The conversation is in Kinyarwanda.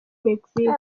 mexique